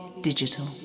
Digital